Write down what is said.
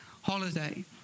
holiday